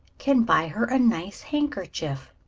can buy her a nice handkerchief.